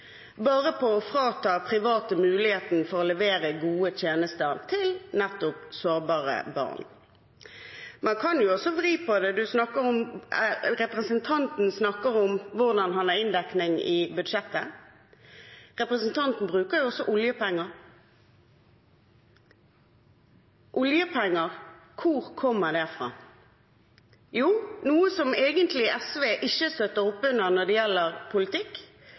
bare på å frata private muligheten til å levere gode tjenester til nettopp sårbare barn. Man kan også vri på det. Representanten snakker om hvordan han har inndekning i budsjettet. Representanten bruker også oljepenger. Hvor kommer oljepengene fra? Jo, fra noe SV egentlig ikke støtter opp under når det gjelder politikk,